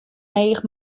each